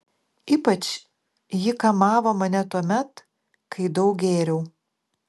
ypač ji kamavo mane tuomet kai daug gėriau